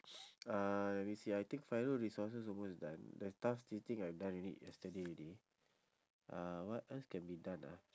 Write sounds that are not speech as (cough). (noise) uh let me see ah I think final resources almost done the task listing I done already yesterday already uh what else can be done ah